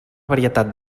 varietat